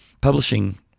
publishing